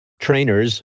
trainers